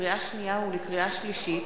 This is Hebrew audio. לקריאה שנייה ולקריאה שלישית: